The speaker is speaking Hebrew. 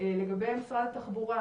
לגבי משרד התחבורה